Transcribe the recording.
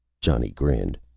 johnny grinned.